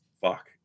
fuck